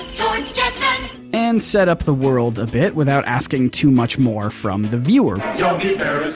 george jetson and set up the world a bit without asking too much more from the viewer yogi bear